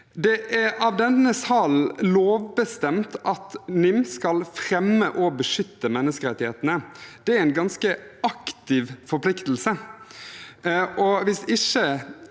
Det er av denne salen lovbestemt at NIM skal fremme og beskytte menneskerettighetene. Det er en ganske aktiv forpliktelse.